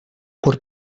por